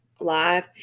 live